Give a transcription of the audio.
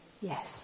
yes